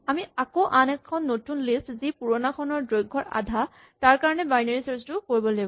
আমি আকৌ আন এখন নতুন লিষ্ট যি পুৰণাখনৰ দৈৰ্ঘৰ আধা তাৰ কাৰণে বাইনেৰী চাৰ্ছ টো কৰিব লাগিব